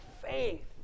faith